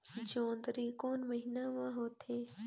जोंदरी कोन महीना म होथे?